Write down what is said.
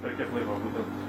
per kiek laiko būtent